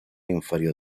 inferior